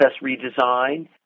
redesign